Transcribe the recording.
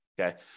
okay